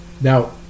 Now